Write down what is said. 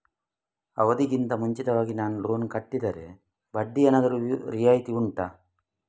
ಅವಧಿ ಗಿಂತ ಮುಂಚಿತವಾಗಿ ನಾನು ಲೋನ್ ಕಟ್ಟಿದರೆ ಬಡ್ಡಿ ಏನಾದರೂ ರಿಯಾಯಿತಿ ಉಂಟಾ